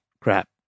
crap